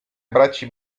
bracci